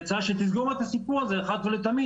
היא הצעה שתסגור את הסיפור הזה אחת ולתמיד.